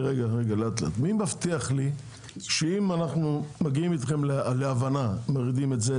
אבל מי מבטיח לי שאם אנחנו מגיעים אתכם להבנה מורידים את זה,